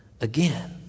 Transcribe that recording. again